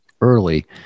early